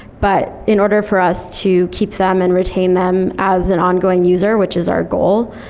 but in order for us to keep them and retain them as an ongoing user, which is our goal,